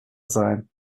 sein